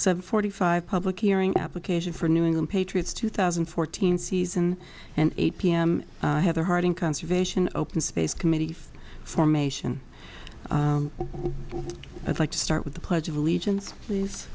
concerts forty five public hearing application for a new england patriots two thousand and fourteen season and eight p m heather harding conservation open space committee formation i'd like to start with the pledge of allegiance please